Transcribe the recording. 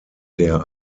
der